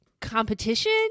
competition